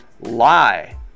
lie